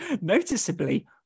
Noticeably